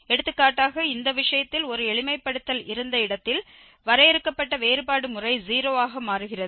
எடுத்துக்காட்டாக இந்த விஷயத்தில் ஒரு எளிமைப்படுத்தல் இருந்த இடத்தில் வரையறுக்கப்பட்ட வேறுபாடு முறை 0 ஆக மாறுகிறது